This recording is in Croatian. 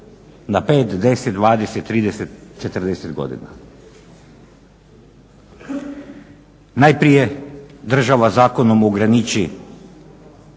na 5, 10, 20, 30, 40 godina. Najprije država zakonom ograniči